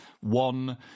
One